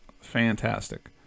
fantastic